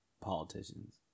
politicians